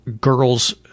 girls